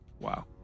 Wow